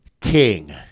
king